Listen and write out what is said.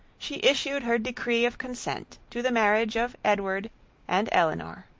she issued her decree of consent to the marriage of edward and elinor.